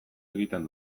egiten